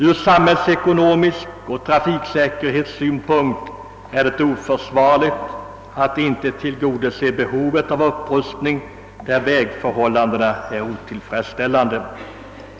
Ur samhällsekonomisk synpunkt och trafiksäkerhetssynpunkt är det oförsvarligt att inte tillgodose behovet av upprustning där vägförhållandena är otillfredsställande.